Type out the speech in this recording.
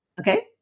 Okay